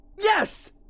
Yes